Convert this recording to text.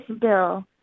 bill